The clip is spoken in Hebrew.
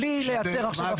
בלי לייצר עכשיו הבחנה.